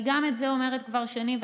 גם את זה אני אומרת כבר שנים,